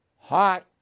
Hot